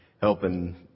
helping –